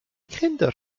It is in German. kinder